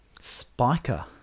Spiker